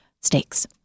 stakes